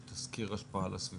יש תזכיר השפעה על הסביבה?